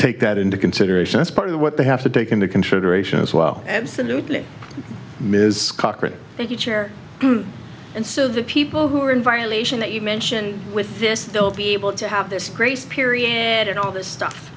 take that into consideration as part of what they have to take into consideration as well absolutely ms cochran thank you chair and so the people who are in violation that you mentioned with this will be able to have this grace period and all this stuff